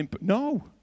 No